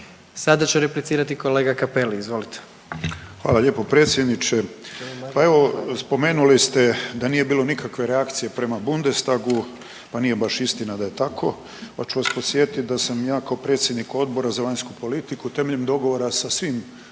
Sada će replicirati kolega Kapeli. Izvolite. **Cappelli, Gari (HDZ)** Hvala lijepo predsjedniče. Pa evo spomenuli ste da nije bilo nikakve reakcije prema Bundestangu. Pa nije baš istina da je tako, pa ću vas podsjetiti da sam ja kao predsjednik Odbora za vanjsku politiku temeljem dogovora sa svim